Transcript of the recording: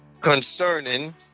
Concerning